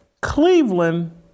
Cleveland